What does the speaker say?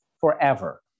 forever